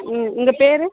ம் உங்கள் பேர்